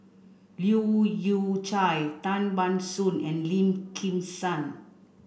Leu Yew Chye Tan Ban Soon and Lim Kim San